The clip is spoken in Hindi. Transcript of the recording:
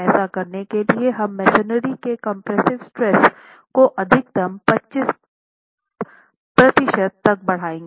ऐसा करने के लिए हम मेसनरी के कम्प्रेस्सिव स्ट्रेस को अधिकतम 25 प्रतिशत तक बढ़ाएंगे